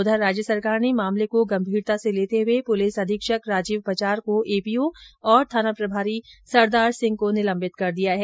उधर राज्य सरकार ने मामले को गंभीरता से लेते हुए पुलिस अधीक्षक राजीव पचार को एपीओ और थाना प्रभारी सरदार सिंह को निलंबित कर दिया है